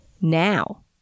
Now